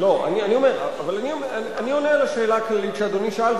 אני עונה על השאלה הכללית שאדוני שאל,